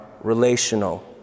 relational